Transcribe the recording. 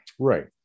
Right